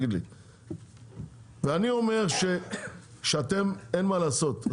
אני אומר שאין מה לעשות,